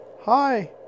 hi